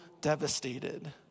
devastated